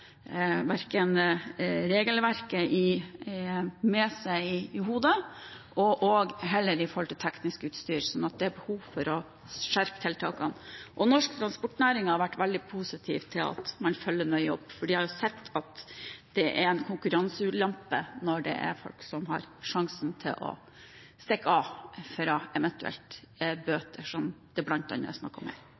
verken regelverket i hodet eller teknisk utstyr, så det er behov for å skjerpe tiltakene. Norsk transportnæring har vært veldig positiv til at man følger nøye opp, for de har sett at det er en konkurranseulempe når folk har sjansen til å stikke av fra eventuelle bøter, som det bl.a. er snakk om her.